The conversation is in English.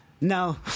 no